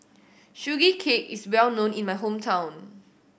Sugee Cake is well known in my hometown